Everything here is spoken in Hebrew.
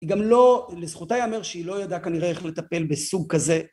היא גם לא, לזכותה ייאמר שהיא לא ידעה כנראה איך לטפל בסוג כזה